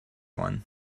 one